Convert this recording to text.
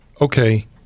Okay